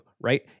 right